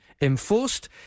enforced